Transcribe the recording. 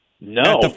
No